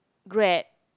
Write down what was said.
Grab